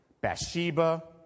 Bathsheba